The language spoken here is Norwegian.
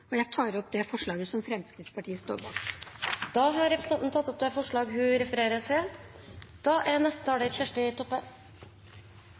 Jeg tar opp det forslaget som Fremskrittspartiet står bak. Representanten Kari Kjønaas Kjos har tatt opp det forslaget hun refererte til.